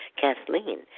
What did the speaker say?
Kathleen